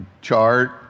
chart